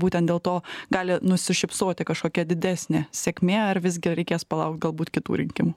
būtent dėl to gali nusišypsoti kažkokia didesnė sėkmė ar visgi reikės palaukt galbūt kitų rinkimų